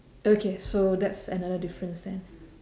okay so that's another difference then